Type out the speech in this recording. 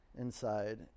inside